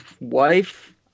wife